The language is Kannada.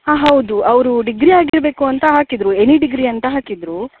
ಹಾಂ ಹೌದು ಅವರು ಡಿಗ್ರಿ ಆಗಿರಬೇಕು ಅಂತ ಹಾಕಿದ್ದರು ಎನಿ ಡಿಗ್ರಿ ಅಂತ ಹಾಕಿದ್ರು